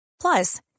Plus